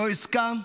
לא עסקה,